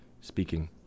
speaking